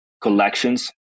collections